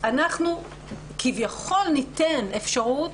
אנחנו כביכול ניתן אפשרות,